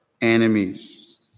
enemies